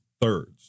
thirds